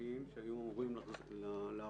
משמעותי שהיה אמור לעבור